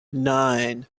nine